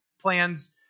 plans